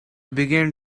began